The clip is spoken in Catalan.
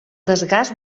desgast